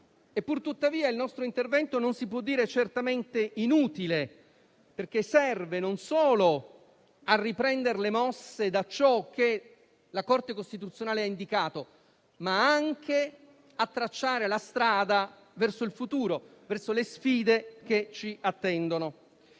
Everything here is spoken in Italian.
Purtuttavia il nostro intervento non si può dire certamente inutile, perché serve non solo a riprendere le mosse da ciò che ha indicato la Corte costituzionale, ma anche a tracciare la strada verso il futuro e verso le sfide che ci attendono.